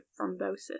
thrombosis